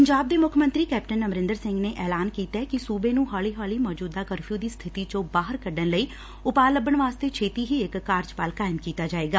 ਪੰਜਾਬ ਦੇ ਮੁੱਖ ਮੰਤਰੀ ਕੈਪਟਨ ਅਮਰਿੰਦਰ ਸਿੰਘ ਨੇ ਐਲਾਨ ਕੀਤੈ ਕਿ ਸੂਬੇ ਨੂੰ ਹੌਲੀ ਹੌਲੀ ਮੌਜੁਦਾ ਕਰਫਿਊ ਦੀ ਸਬਿਤੀ ਚੋ ਬਾਹਰ ਕੱਢਣ ਲਈ ਉਪਾਅ ਲੱਭਣ ਵਾਸਤੇ ਛੇਤੀ ਹੀ ਇਕ ਕਾਰਜ ਬਲ ਕਾਇਮ ਕੀਤਾ ਜਾਏਗਾ